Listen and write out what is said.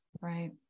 Right